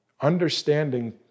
understanding